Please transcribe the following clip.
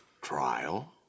trial